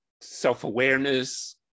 self-awareness